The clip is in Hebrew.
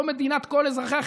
לא מדינת כל אזרחיה,